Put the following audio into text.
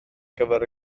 gyfer